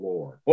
Lord